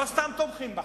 לא סתם תומכים בכם,